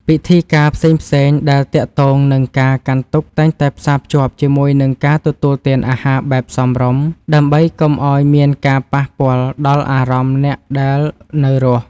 ពិធីការផ្សេងៗដែលទាក់ទងនឹងការកាន់ទុក្ខតែងតែផ្សារភ្ជាប់ជាមួយនឹងការទទួលទានអាហារបែបសមរម្យ ដើម្បីកុំឱ្យមានការប៉ះពាល់ដល់អារម្មណ៍អ្នកដែលនៅរស់។